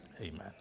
Amen